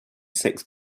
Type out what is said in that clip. six